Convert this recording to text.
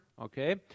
Okay